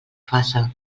faça